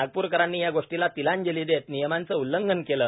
नागप्रकरांनी या गोष्टीला तिलांजली देत नियमांचे उल्लंघन केले